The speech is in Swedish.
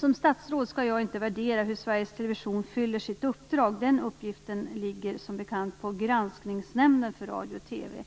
Som statsråd skall jag inte värdera hur Sveriges Television fyller sitt uppdrag. Den uppgiften ligger som bekant på Granskningsnämnden för Radio och TV.